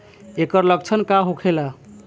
ऐकर लक्षण का होखेला?